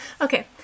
Okay